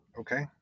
Okay